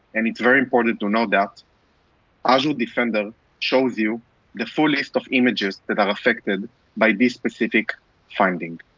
and it's very important to know that azure defender shows you the full list of images that are affected by this specific finding.